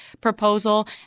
proposal